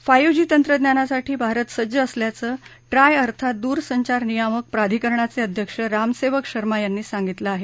five G तंत्रज्ञानासाठी भारत सज्ज असल्याचं ट्राय अर्थात दूरसंचार नियामक प्राधिकरणाचे अध्यक्ष राम सेवक शर्मा यांनी सांगितलं आहे